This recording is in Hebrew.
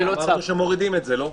אמרת שמורידים את זה, לא?